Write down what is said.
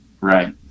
right